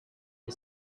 the